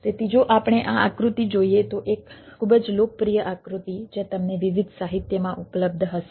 તેથી જો આપણે આ આકૃતિ જોઈએ તો એક ખૂબ જ લોકપ્રિય આકૃતિ જે તમને વિવિધ સાહિત્યમાં ઉપલબ્ધ હશે